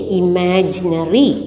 imaginary